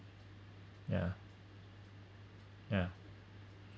yeah yeah